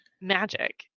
magic